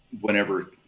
Whenever